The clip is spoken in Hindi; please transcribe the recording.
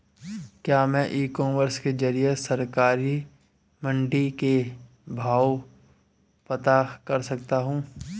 क्या मैं ई कॉमर्स के ज़रिए सरकारी मंडी के भाव पता कर सकता हूँ?